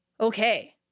Okay